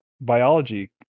biology